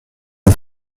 are